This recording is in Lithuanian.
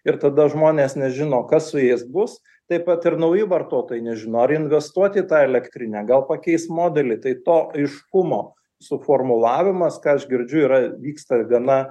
ir tada žmonės nežino kas su jais bus taip pat ir nauji vartotojai nežino ar investuoti į tą elektrinę gal pakeis modelį tai to aiškumo suformulavimas ką aš girdžiu yra vyksta gana